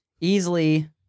easily